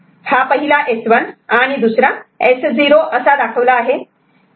हा पहिला S1 आणि दुसरा S0 असा दाखवला आहे